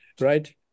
right